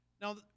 Now